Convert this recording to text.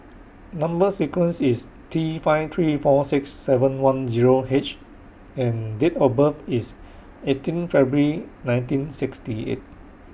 Number sequence IS T five three four six seven one Zero H and Date of birth IS eighteen February nineteen sixty eight